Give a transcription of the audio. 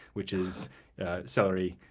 which is celery,